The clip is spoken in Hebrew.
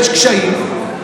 יש קשיים,